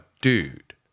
dude